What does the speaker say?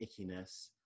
ickiness